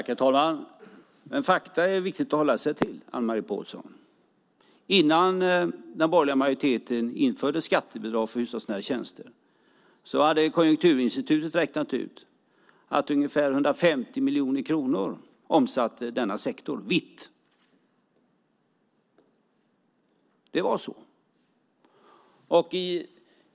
Herr talman! Det är viktigt att hålla sig till fakta, Anne-Marie Pålsson. Innan den borgerliga majoriteten införde skattebidrag för hushållsnära tjänster hade Konjunkturinstitutet räknat ut att denna sektor omsatte ungefär 150 miljoner kronor vitt.